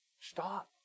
Stop